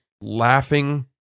laughing